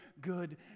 good